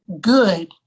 good